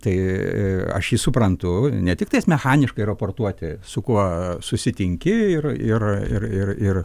tai aš jį suprantu ne tiktais mechaniškai raportuoti su kuo susitinki ir ir ir ir ir